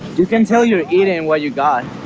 you can tell you're eating and what you got.